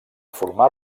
formar